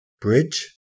Bridge